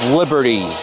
liberty